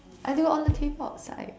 I do on the table outside